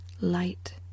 light